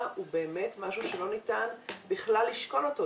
הוא באמת משהו שלא ניתן בכלל לשקול אותו.